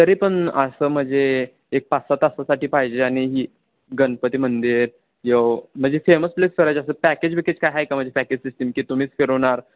तरी पण असं म्हणजे एक पाच सहा तासासाठी पाहिजे आणि ही गणपती मंदिर यव म्हणजे फेमस प्लेस करायचे असं पॅकेज बिकेज काय आहे का म्हणजे पॅकेज सिस्टीम की तुम्हीच फिरवणार